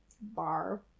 bar